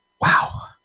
wow